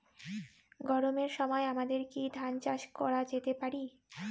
গরমের সময় আমাদের কি ধান চাষ করা যেতে পারি?